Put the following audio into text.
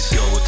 go